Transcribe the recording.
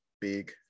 big